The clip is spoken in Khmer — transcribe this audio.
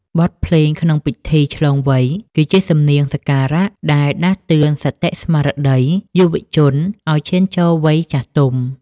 បទភ្លេងក្នុងពិធីឆ្លងវ័យ គឺជាសំនៀងសក្ការៈដែលដាស់តឿនសតិស្មារតីយុវជនឱ្យឈានចូលវ័យចាស់ទុំ។